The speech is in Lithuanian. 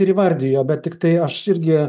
ir įvardijo bet tiktai aš irgi